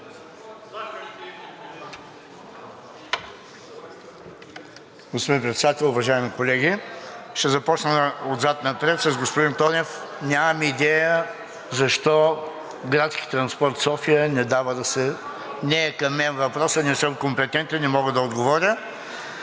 Господин Председател, уважаеми колеги! Ще започна отзад напред с господин Тонев. Нямам идея защо градския транспорт в София не дава да се… Не е към мен въпросът, не съм компетентен, не мога да отговоря.